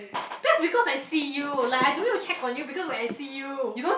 that's because I see you like I don't need to check on you because when I see you